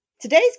Today's